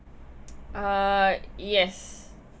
uh yes